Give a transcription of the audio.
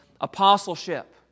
apostleship